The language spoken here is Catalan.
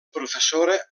professora